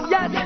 Yes